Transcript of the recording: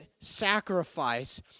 sacrifice